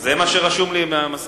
זה מה שרשום לי מהמזכירות.